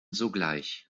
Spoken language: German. sogleich